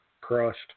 crushed